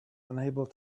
unable